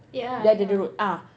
dia ada the road ah